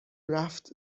رفت